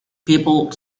people